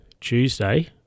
Tuesday